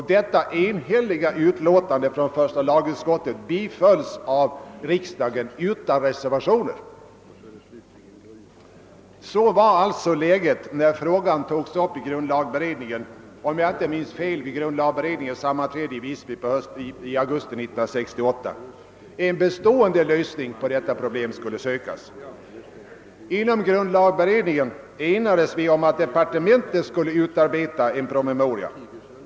Detta enhälliga utlåtande från första lagutskottet bifölls av riksdagen utan reservationer. Så var alltså läget när frågan togs upp i grundlagberedningen, om jag inte minns fel vid grundlagberedningens sammanträde i Visby i augusti 1968. En mera bestående lösning på detta problem skulle sökas. Inom grundlagberedningen enades vi om att departementet skulle utarbeta en promemoria.